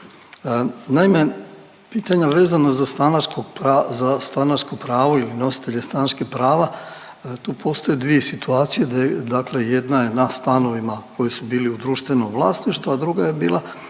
Naime, pitanja vezano za stanarsko pravo ili nositelje stanarskih prava tu postoje dvije situacije, dakle jedna je na stanovima koji su bili u društvenom vlasništvu, a druga je bila